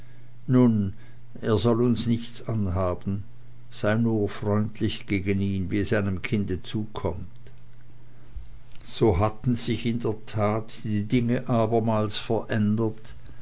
nun er soll uns nichts anhaben sei nur freundlich gegen ihn wie es einem kinde zukommt so hatten sich in der tat die dinge abermals verändert